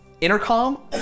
intercom